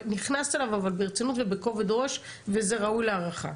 ונכנסת אליו אבל ברצינות ובכובד ראש וזה ראוי להערכה.